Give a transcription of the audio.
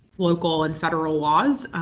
local, and federal laws.